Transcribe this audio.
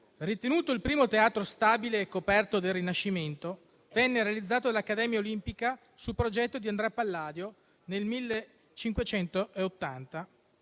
Ritenuto il primo teatro stabile coperto del Rinascimento, venne progettato dall'Accademia olimpica su progetto di Andrea Palladio nel 1580